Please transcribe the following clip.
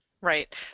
right